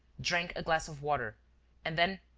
drank a glass of water and then,